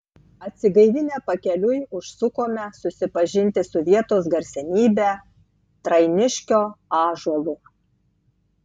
atsigaivinę pakeliui užsukome susipažinti su vietos garsenybe trainiškio ąžuolu